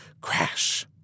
Crash